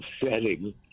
setting